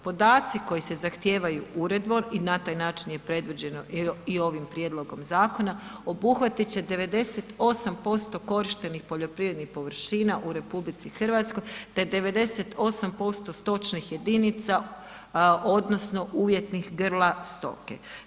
Podaci koji se zahtijevaju uredbom i na taj način je predviđeno i ovim prijedlogom zakona, obuhvatit će 98% korištenih poljoprivrednih površina u RH te 98% stočnih jedinica, odnosno uvjetnih grla stoke.